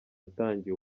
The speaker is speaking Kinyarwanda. atangiye